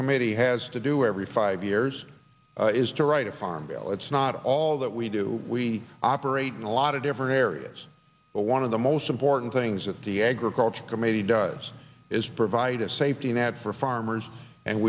committee has to do every five years is to write a farm bill it's not all that we do we operate in a lot of different areas but one of the most important things that the agriculture committee does is provide a safety net for farmers and